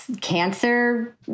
cancer